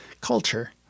culture